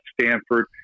Stanford